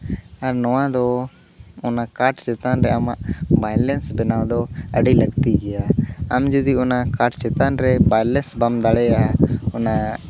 ᱟᱨ ᱱᱚᱣᱟ ᱫᱚ ᱠᱟᱴ ᱪᱮᱛᱟᱱ ᱨᱮ ᱟᱢᱟᱜ ᱵᱟᱭᱞᱮᱱᱥ ᱵᱮᱱᱟᱣ ᱫᱚ ᱟᱹᱰᱤ ᱞᱟᱹᱠᱛᱤ ᱜᱮᱭᱟ ᱟᱢ ᱡᱚᱫᱤ ᱚᱱᱟ ᱠᱟᱴ ᱪᱮᱛᱟᱱ ᱨᱮ ᱵᱟᱭᱞᱮᱱᱥ ᱵᱟᱢ ᱫᱟᱲᱮᱭᱟᱜᱼᱟ ᱚᱱᱟ